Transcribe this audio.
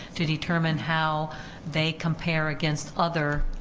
to determine how they compare against other